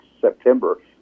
September